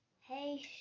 Hey